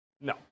no